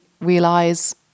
realize